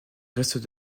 reste